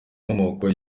inkomoko